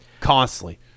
Constantly